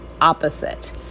opposite